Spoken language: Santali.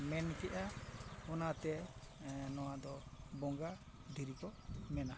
ᱢᱮᱱ ᱠᱮᱜᱼᱟ ᱚᱱᱟᱛᱮ ᱱᱚᱣᱟ ᱫᱚ ᱵᱚᱸᱜᱟ ᱫᱷᱤᱨᱤ ᱠᱚ ᱢᱮᱱᱟ